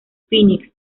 phoenix